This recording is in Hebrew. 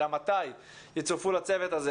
אלא מתי יצורפו לצוות הזה